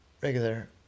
regular